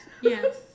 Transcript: Yes